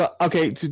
okay